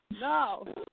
No